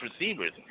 receivers